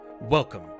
Welcome